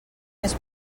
més